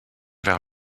vers